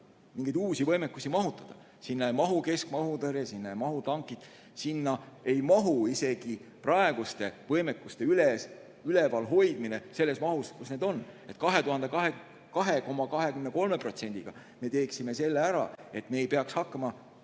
mingeid uusi võimekusi mahutada. Sinna ei mahu keskmaa õhutõrje, sinna ei mahu tankid, sinna ei mahu isegi praeguste võimekuste üleval hoidmine selles mahus, mis on. 2,23%‑ga me teeksime ära selle, et me ei peaks hakkama